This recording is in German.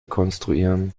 konstruieren